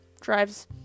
drives